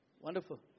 Wonderful